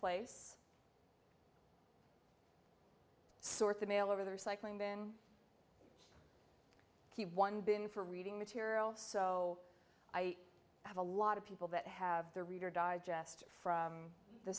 place sort the mail over there cycling bin keep one bin for reading material so i have a lot of people that have their reader's digest from the